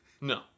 No